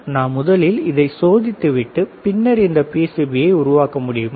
நாம் முதலில் இதை சோதித்து விட்டு பின்னர் இந்த பி சி பி யை உருவாக்க முடியுமா